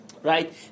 right